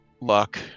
luck